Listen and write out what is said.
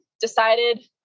decided